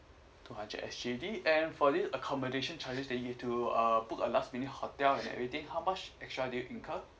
two hundred S_G_D and for this accommodation charges that you have to err book a last minute hotel and everything how much extra do you incur